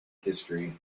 history